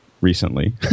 recently